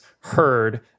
heard